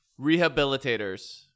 rehabilitators